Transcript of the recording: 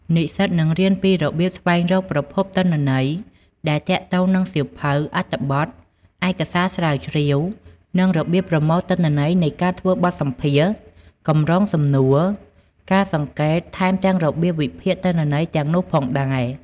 និស្សិតនឹងរៀនពីរបៀបស្វែងរកប្រភពទិន្នន័យដែលទាក់ទងនឹងសៀវភៅ អត្ថបទ ឯកសារស្រាវជ្រាវ និងរបៀបប្រមូលទិន្នន័យនៃការធ្វើបទសម្ភាសន៍ កម្រងសំណួរ ការសង្កេត ថែមទាំងរបៀបវិភាគទិន្នន័យទាំងនោះផងដែរ។